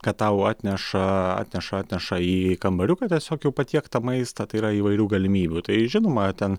kad tau atneša atneša atneša į kambariuką tiesiog jau patiektą maistą tai yra įvairių galimybių tai žinoma ten